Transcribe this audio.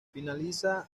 finaliza